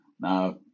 now